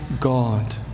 God